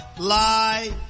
lie